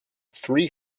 three